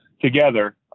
together